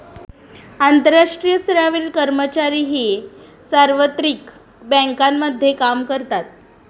आंतरराष्ट्रीय स्तरावरील कर्मचारीही सार्वत्रिक बँकांमध्ये काम करतात